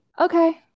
okay